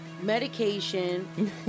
medication